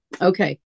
okay